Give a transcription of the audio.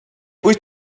wyt